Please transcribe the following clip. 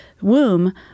womb